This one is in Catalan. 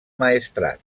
maestrat